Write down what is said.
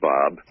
Bob